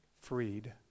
freed